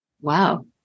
Wow